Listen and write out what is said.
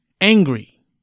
angry